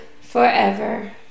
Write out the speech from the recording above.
forever